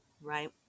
right